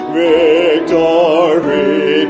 victory